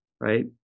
right